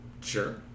sure